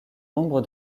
nombre